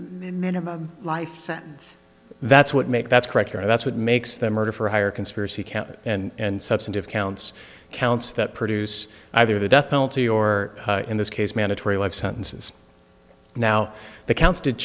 minimum life sentence that's what make that's correct and that's what makes them murder for hire conspiracy count and substantive counts counts that produce either the death penalty or in this case mandatory life sentences now the count